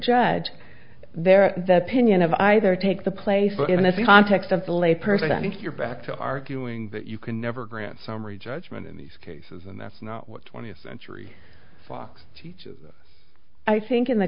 judge there that opinion of either take the place but in this context of the lay person i think you're back to arguing that you can never grant summary judgment in these cases and that's not what twentieth century fox teaches i think in the